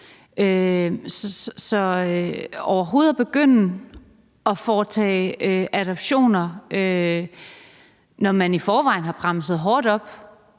overhovedet begynde at foretage adoptioner, når man i forvejen har bremset hårdt op,